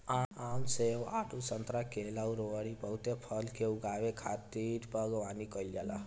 आम, सेब, आडू, संतरा, केला अउरी बहुते फल के उगावे खातिर बगवानी कईल जाला